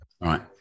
Right